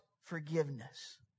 forgiveness